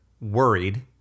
worried